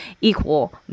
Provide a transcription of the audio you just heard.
equal